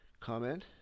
comment